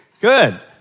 Good